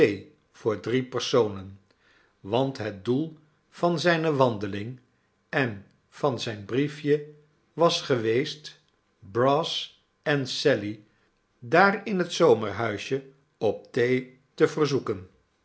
voor drie personen want het doel van zijne wandeling en van zijn briefje was geweest bras en sally daar in het zomerhuisje op thee te verzoeken